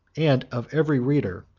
and of every reader,